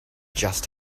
just